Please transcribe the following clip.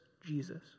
Jesus